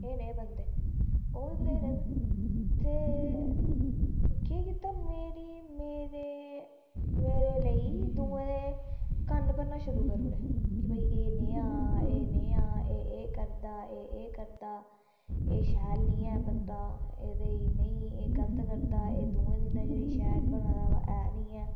एह् नेह बंदे ओह् बी बथ्हेरे न ते केह् कीता मेरी मेरे मेरे लेई दूए दे कन्न भरना शुरु करी ओड़े कि भाई ऐ एह् नेहा एह् ऐ करदा ऐ एह् करदा एह शैल नेईं ऐ बंदा एहदे च नेंई एह् गलत करदा एह् दूए दी नजरी शैल बना दा है नी ऐ